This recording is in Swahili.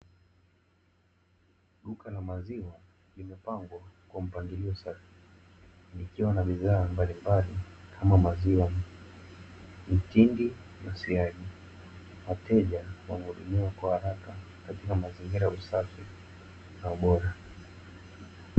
Duka la maziwa limepangwa kwa mpangilio safi, likiwa na bidhaa mbalimbali kama: maziwa, mitindi na siagi; wateja wanahudumiwa kwa haraka katika mazingira ya usafi na ubora.